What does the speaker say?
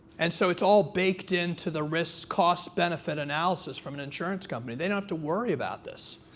and so it's all baked into the risk-cost benefit analysis from an insurance company. they don't have to worry about this.